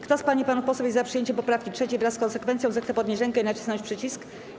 Kto z pań i panów posłów jest za przyjęciem poprawki 3., wraz z konsekwencją, zechce podnieść rękę i nacisnąć przycisk.